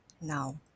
now